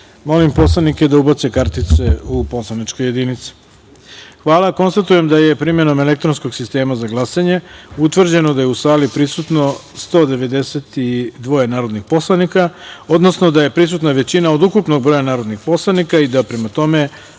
poslanike da ubace kartice u poslaničke jedinice. Hvala. Konstatujem da je primenom elektronskog sistema za glasanje utvrđeno da je u sali prisutno 192 narodnih poslanika, odnosno da je prisutna većina od ukupnog broja narodnih poslanika, i da prema tome,